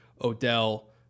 Odell